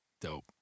Dope